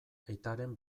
aitaren